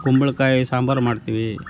ಕುಂಬ್ಳಕಾಯಿ ಸಾಂಬಾರು ಮಾಡ್ತೀವಿ